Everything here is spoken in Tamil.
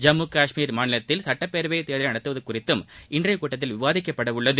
ஜம்மு கஷ்மீர் மாநிலத்தில் சட்டப்பேரவை தேர்தலை நடத்துவது குறித்தும் இன்றைய கூட்டத்தில் விவாதிக்கப்படவுள்ளது